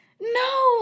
No